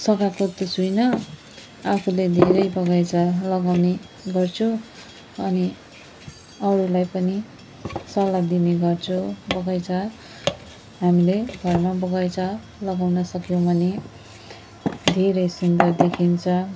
सघाएको त छुइनँ आफूले धेरै बगैँचा लगाउने गर्छु अनि अरूलाई पनि सल्लाह दिने गर्छु बगैँचा हामीले घरमा बगैँचा लगाउन सक्यौँ भने धेरै सुन्दर देखिन्छ